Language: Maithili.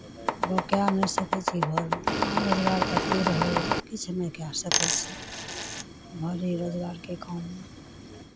लोक कए नहि सकै छै घरमे काम रोजगार ततेक रहैए किछु नहि कए सकै छी भरि दिन रोजगारके काममे